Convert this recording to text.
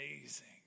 amazing